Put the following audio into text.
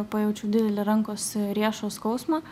pajaučiau didelį rankos riešo skausmą